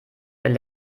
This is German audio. will